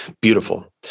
beautiful